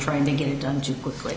trying to get it done too quickly